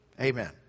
Amen